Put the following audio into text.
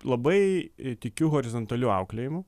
labai tikiu horizontaliu auklėjimu